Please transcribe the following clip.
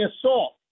assault